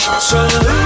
Salute